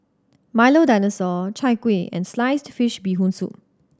Milo Dinosaur Chai Kuih and sliced fish Bee Hoon Soup